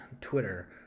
Twitter